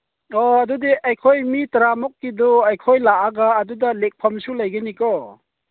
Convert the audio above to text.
ꯑꯣ ꯑꯗꯨꯗꯤ ꯑꯩꯈꯣꯏ ꯃꯤ ꯇꯔꯥꯃꯨꯛꯀꯤꯗꯨ ꯑꯩꯈꯣꯏ ꯂꯥꯛꯑꯒ ꯑꯗꯨꯗ ꯂꯦꯛꯐꯝꯁꯨ ꯂꯩꯒꯅꯤꯀꯣ